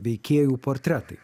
veikėjų portretai